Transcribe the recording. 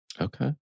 Okay